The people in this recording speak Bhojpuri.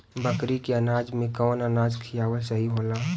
बकरी के अनाज में कवन अनाज खियावल सही होला?